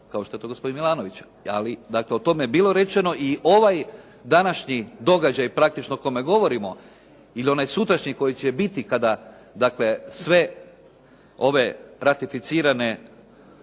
kao što je to gospodin Milanović. Ali dakle o tome je bilo rečeno i ovaj današnji događaj praktično o kome govorimo ili onaj sutrašnji kada će biti kada sve ove ratificirane